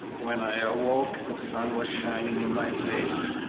when i awoke the sun was shining in my face,